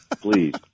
Please